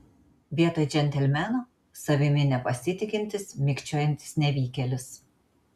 vietoj džentelmeno savimi nepasitikintis mikčiojantis nevykėlis